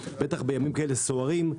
בטח בימים כאלה סוערים,